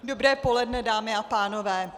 Dobré poledne, dámy a pánové.